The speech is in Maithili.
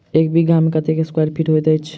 एक बीघा मे कत्ते स्क्वायर फीट होइत अछि?